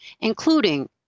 including